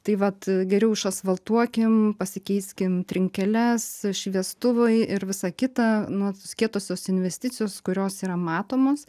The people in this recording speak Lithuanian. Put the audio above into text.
tai vat geriau išasfaltuokim pasikeiskim trinkeles šviestuvai ir visa kita nu kietosios investicijos kurios yra matomos